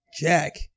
Jack